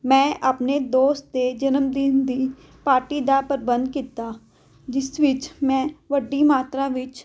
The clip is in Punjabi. ਮੈਂ ਆਪਣੇ ਦੋਸਤ ਦੇ ਜਨਮਦਿਨ ਦੀ ਪਾਰਟੀ ਦਾ ਪ੍ਰਬੰਧ ਕੀਤਾ ਜਿਸ ਵਿੱਚ ਮੈਂ ਵੱਡੀ ਮਾਤਰਾ ਵਿੱਚ